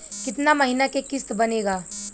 कितना महीना के किस्त बनेगा?